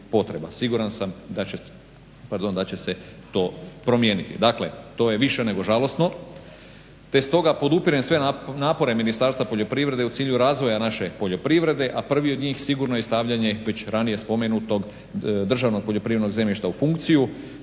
Siguran sam da će se to promijeniti. Dakle, to je više nego žalosno te stoga podupirem sve napore Ministarstva poljoprivrede u cilju razvoja naše poljoprivrede, a prvi od njih sigurno je stavljanje već ranije spomenutog državnog poljoprivrednog zemljišta u funkciju